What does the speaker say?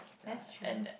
that's true